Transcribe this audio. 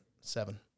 Seven